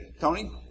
Tony